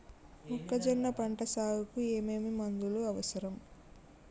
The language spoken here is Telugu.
మొక్కజొన్న పంట సాగుకు ఏమేమి మందులు అవసరం?